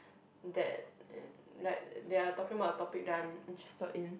that in like they are talking about a topic that I'm interested in